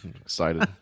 excited